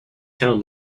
town